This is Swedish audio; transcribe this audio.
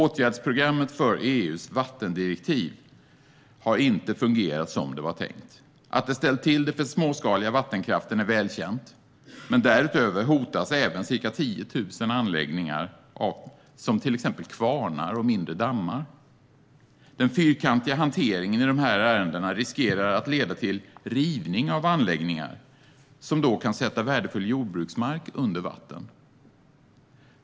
Åtgärdsprogrammet för EU:s vattendirektiv har inte fungerat som det var tänkt. Att det ställt till det för den småskaliga vattenkraften är välkänt, men därutöver hotas även ca 10 000 anläggningar, till exempel kvarnar och mindre dammar. Den fyrkantiga hanteringen i dessa ärenden riskerar att leda till rivning av anläggningar, vilket då kan sätta värdefull jordbruksmark under vatten.